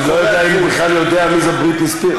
אני לא יודע אם הוא בכלל יודע מי זו בריטני ספירס.